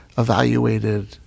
evaluated